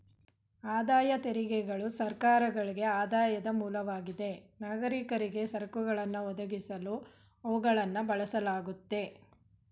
ಆದಾಯ ತೆರಿಗೆಗಳು ಸರ್ಕಾರಗಳ್ಗೆ ಆದಾಯದ ಮೂಲವಾಗಿದೆ ನಾಗರಿಕರಿಗೆ ಸರಕುಗಳನ್ನ ಒದಗಿಸಲು ಅವುಗಳನ್ನ ಬಳಸಲಾಗುತ್ತೆ